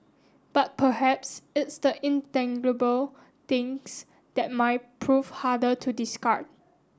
but perhaps it's the intangible things that might prove harder to discard